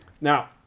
Now